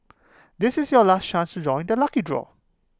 this is your last chance to join the lucky draw